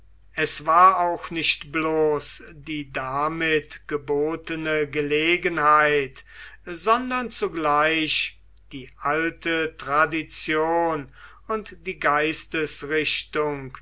es war auch nicht bloß die damit gebotene gelegenheit sondern zugleich die alte tradition und die